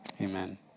Amen